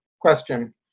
question